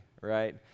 right